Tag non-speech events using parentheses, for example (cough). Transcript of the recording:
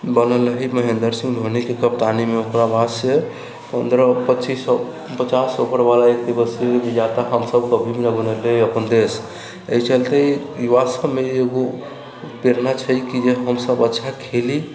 बनल रहै महेंद्र सिंह धोनीके कप्तानीमे ओकरा बाद से पंद्रह पच्चीस ओवर पचास ओवरबाला एक दिवसीय (unintelligible) अपन देश एहि चलते युवा सबमे एगो प्रेरणा छै कि जे हमसब अच्छा खेली